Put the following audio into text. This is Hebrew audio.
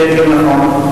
נכון.